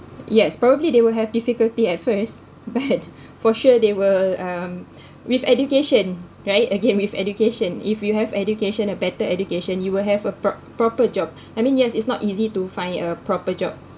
yes probably they will have difficulty at first but for sure they will um with education right again with education if you have education a better education you will have a prop~ proper job I mean yes it's not easy to find a proper job